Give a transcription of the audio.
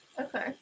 Okay